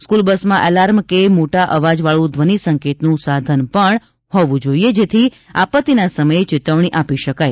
school બસમાં alarm કે મોટા અવાજવાળું ધ્વનિસંકેતનું સાધન હોવું જોઈએ જેથી આપત્તિના સમયે ચેતવણી આપી શકાય